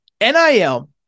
nil